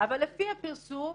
אבל לפי הפרסום,